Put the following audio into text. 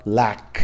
lack